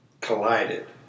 collided